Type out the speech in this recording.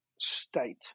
state